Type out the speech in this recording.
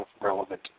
relevant